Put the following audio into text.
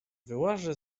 wyłażę